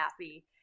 happy